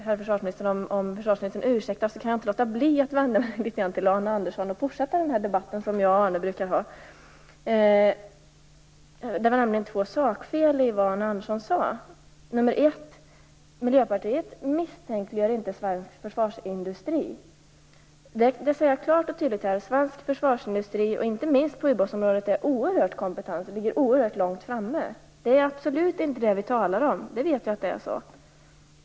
Om försvarsministern ursäktar kan jag inte låta bli att vända mig litet grand till Arne Andersson och fortsätta den debatt som jag och Arne Andersson brukar ha. Det var nämligen två sakfel i vad Arne Andersson sade. För det första: Miljöpartiet misstänkliggör inte svensk försvarsindustri. Jag kan klart och tydligt säga att svensk försvarsindustri är oerhört kompetent, inte minst på ubåtsområdet, och ligger oerhört långt framme. Det är absolut inte det vi talar om. Vi vet att det är så.